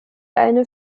eine